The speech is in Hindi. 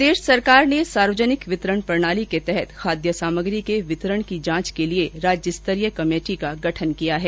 प्रदेश सरकार ने सार्वजनिक वितरण प्रणाली के तहत खाद्य सामग्री के वितरण की जांच के लिए राज्यस्तरीय कमेटी का गठन किया है